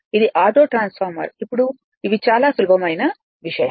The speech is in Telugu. ఇది ఆటో ట్రాన్స్ఫార్మర్ ఇప్పుడు ఇవి చాలా సులభమైన విషయం